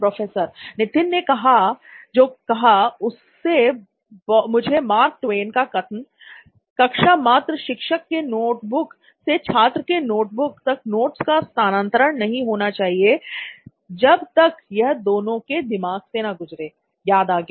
professor Nithin ने जो कहा उससे मुझे मार्क टवेन का कथन " कक्षा मात्र शिक्षक के नोटबुक से छात्र के नोटबुक तक नोट्स का स्थानांतरण नहीं होना चाहिए जब तक यह दोनों के दिमाग से न गुजरे" याद आ गया